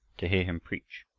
to hear him preach.